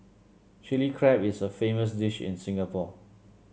Chilli Crab is a famous dish in Singapore